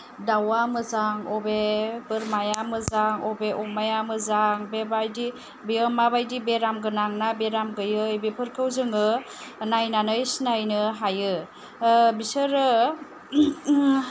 दाउआ मोजां अबे बोरमाया मोजां अबे अमाया मोजां बेबायदि बेयो माबायदि बेराम गोनां ना बेराम गैयै बेफोरखौ जोङो नायनानै सिनायनो हायो बिसोरो